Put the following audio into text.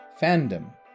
fandom